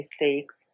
mistakes